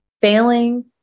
Failing